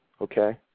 Okay